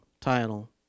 title